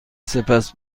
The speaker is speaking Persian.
سپس